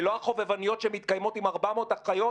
ולא החובבניות שמתקיימות עם 400 אחיות,